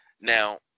Now